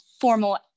formal